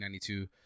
1992